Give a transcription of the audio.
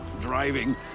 driving